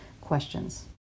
questions